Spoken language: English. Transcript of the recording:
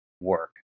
work